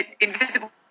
Invisible